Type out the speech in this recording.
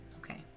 Okay